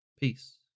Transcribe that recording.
Peace